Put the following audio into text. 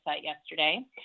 yesterday